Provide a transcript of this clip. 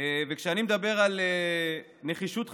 וכשאני מדבר על נחישות חקיקתית,